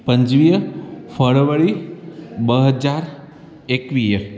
पंजवीअ फरवरी ॿ हजार एकवीह